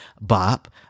bop